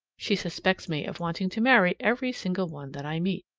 she suspects me of wanting to marry every single one that i meet.